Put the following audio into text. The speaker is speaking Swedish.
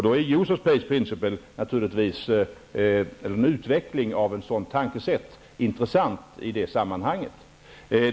Då är userpays-principle eller en utveckling av ett sådant tänkesätt intressant i sammanhanget.